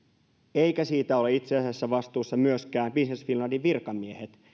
eivätkä siitä ole itse asiassa vastuussa myöskään business finlandin virkamiehet